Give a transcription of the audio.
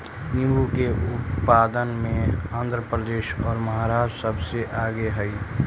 नींबू के उत्पादन में आंध्र प्रदेश और महाराष्ट्र सबसे आगे हई